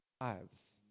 lives